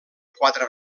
quatre